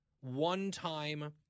one-time